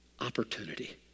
Opportunity